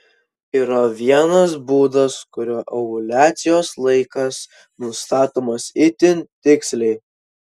yra vienas būdas kuriuo ovuliacijos laikas nustatomas itin tiksliai